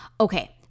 Okay